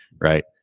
right